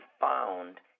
found